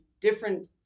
different